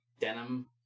denim